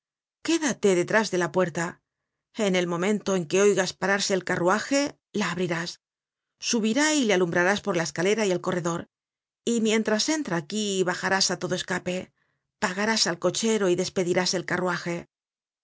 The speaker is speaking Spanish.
quédate detrás de la puerta en el momento en que oigas pararse el carruaje la abrirás subirá y le alumbrarás por la escalera y el corredor y mientras entra aquí bajarás á todo escape pagarás al cochero y despedirás el carruaje y